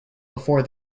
before